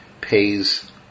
pays